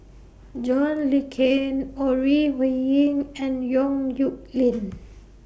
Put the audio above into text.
John Le Cain Ore Huiying and Yong Nyuk Lin